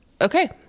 okay